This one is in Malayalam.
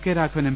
K Raghavan M